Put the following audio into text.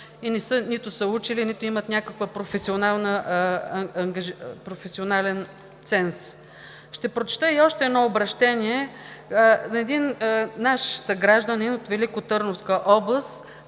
нито са учили, нито имат някакъв професионален ценз? Ще прочета и още едно обръщение на един наш съгражданин от Великотърновска област,